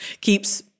keeps